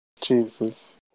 Jesus